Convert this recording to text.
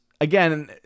again